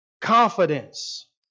confidence